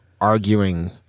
arguing